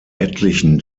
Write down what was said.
etlichen